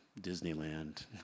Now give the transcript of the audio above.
Disneyland